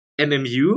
MMU